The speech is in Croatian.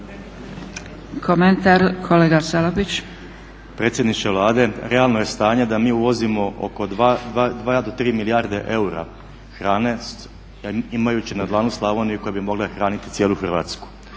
Komentar kolega Salapić.